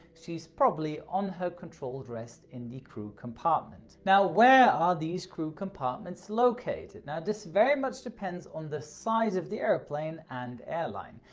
she's probably on her controlled rest in the crew compartment. now, where are these crew compartments located? now this very much depends on the size of the airplane and airline.